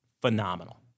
Phenomenal